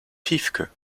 piefke